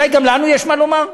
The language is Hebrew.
אולי גם לנו יש מה לומר,